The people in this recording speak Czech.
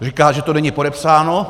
Říká, že to není podepsáno.